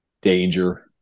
danger